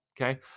okay